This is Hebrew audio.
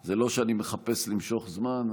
זה לא שאני מחפש למשוך זמן.